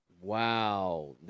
Wow